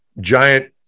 giant